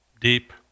deep